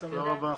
תודה רבה,